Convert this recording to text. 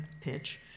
pitch